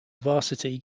varsity